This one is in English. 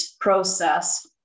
process